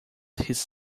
his